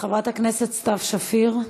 חברת הכנסת סתיו שפיר,